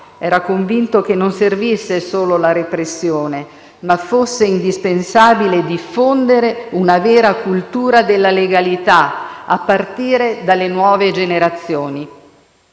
era convinto che non servisse solo la repressione, ma fosse indispensabile diffondere una vera cultura della legalità, a partire dalle nuove generazioni.